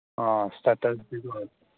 ꯁꯇꯔꯗꯦꯗ ꯑꯣꯏꯕ